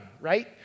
right